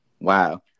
Wow